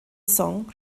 song